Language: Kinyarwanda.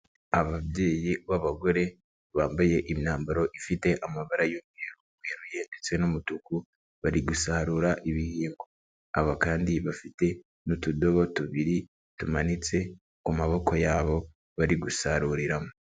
Ababyeyi b'abagore bambaye imyambaro ifite amabara y'umweru weruye ndetse n'umutuku bari gusarura ibihingwa, aba kandi bafite n'utudobo tubiri tumanitse ku maboko yabo bari gusaruriramo.